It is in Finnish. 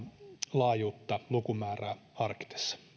laajuutta lukumäärää harkitessaan